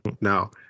No